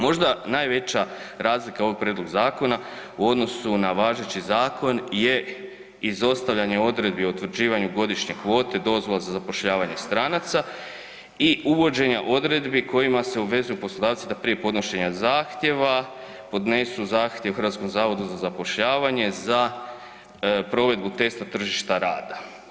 Možda najveća razlika ovog prijedloga zakona u odnosu na važeći zakon je izostavljanje odredbi o utvrđivanju godišnje kvote, dozvola za zapošljavanje stranaca i uvođenja odredbi kojima se obvezuju poslodavci da prije podnošenja zahtjeva podnesu zahtjev HZZ-u za provedbu testa tržišta rada.